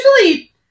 Usually